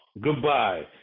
Goodbye